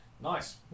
Nice